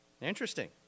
Interesting